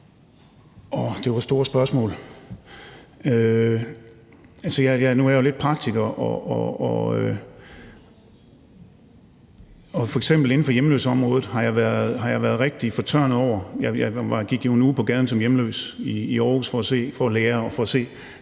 Det var et stort spørgsmål. Altså, nu er jeg jo lidt en praktiker. F.eks. inden for hjemløseområdet har jeg været rigtig fortørnet. Jeg gik jo en uge på gaden som hjemløs i Aarhus for at lære og for at se,